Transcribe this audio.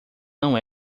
não